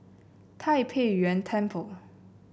Tai Pei Yuen Temple